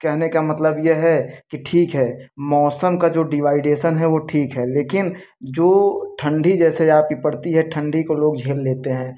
कहने का मतलब ये है कि ठीक है मौसम का जो दीवाइडेसन है वो ठीक है लेकिन जो ठंडी जैसे यहाँ पे पड़ती है ठंडी को लोग झेल लेते हैं